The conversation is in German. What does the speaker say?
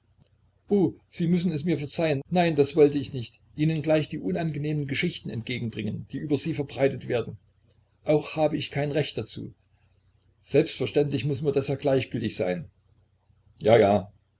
sie müssen es mir verzeihen nein das wollte ich nicht ihnen gleich die unangenehmen geschichten entgegenbringen die über sie verbreitet werden auch habe ich kein recht dazu selbstverständlich muß mir das ja gleichgültig sein ja ja